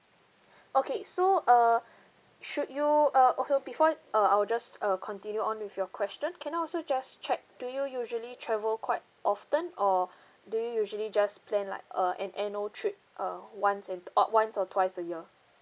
okay so err should you uh also before uh I will just uh continue on with your question can I also just check do you usually travel quite often or do you usually just plan like uh an annual trip uh once and uh once or twice a year